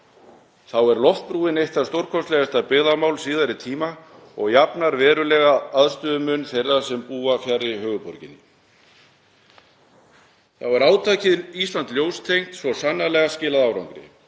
Þá er loftbrúin eitt stórkostlegasta byggðamál síðari tíma og jafnar verulega aðstöðumun þeirra sem búa fjarri höfuðborginni. Þá hefur átakið Ísland ljóstengt svo sannarlega skilað árangri.